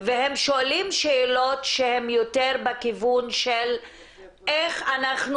והם שואלים שאלות שהם יותר בכיוון של איך אנחנו